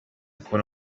kubona